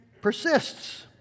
persists